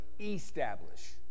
establish